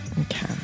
Okay